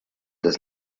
does